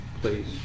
please